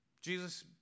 jesus